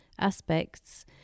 aspects